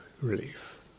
relief